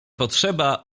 potrzeba